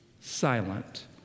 silent